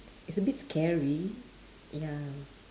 it's a bit scary ya